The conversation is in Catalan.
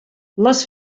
les